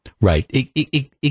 right